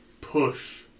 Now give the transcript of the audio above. Push